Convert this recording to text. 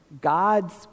God's